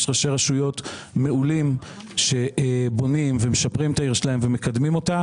יש ראשי רשויות מעולים שבונים ומשפרים את העיר שלהם ומקדמים אותה,